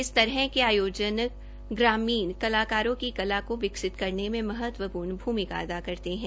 इस तरह के आयोजन ग्रामीण कलाकारों की कला को विकसित करने में महत्वपूर्ण भूमिका अदा करते हैं